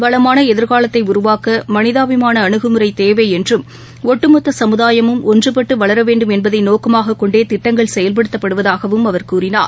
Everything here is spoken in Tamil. வளமானஎதிர்காலத்தைஉருவாக்கமனிதாபிமானஅணுகுமுறைதேவைஎன்றும் ஒட்டுமொத்தசமுதாயமும் ஒன்றுபட்டுவளரவேண்டும் என்பதைநோக்கமாககொண்டே செயல்படுக்தப்படுவதாகவும் திட்டங்கள் அவர் கூறினார்